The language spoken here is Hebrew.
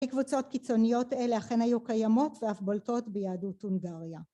קבוצות קיצוניות אלה אכן היו קיימות ואף בולטות ביהדות הונגריה